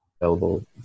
available